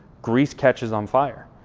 grease catches on fire.